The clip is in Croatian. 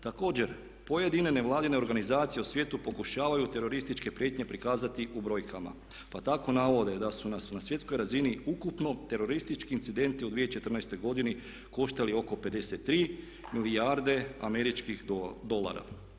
Također pojedine nevladine organizacije u svijetu pokušavaju terorističke prijetnje prikazati u brojkama pa tako navode da su nas na svjetskoj razini ukupno teroristički incidenti u 2014. godini koštali oko 53 milijarde američkih dolara.